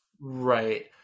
Right